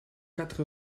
quatre